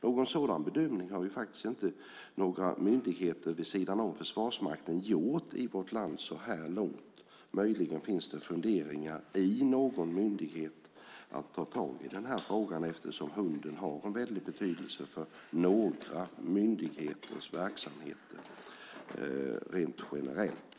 Någon sådan bedömning har inte några myndigheter vid sidan av Försvarsmakten gjort i vårt land så här långt. Möjligen finns det funderingar i någon myndighet att ta tag i den här frågan eftersom hunden har en stor betydelse för några myndigheters verksamheter rent generellt.